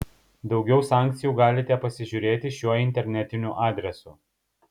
daugiau sankcijų galite pasižiūrėti šiuo internetiniu adresu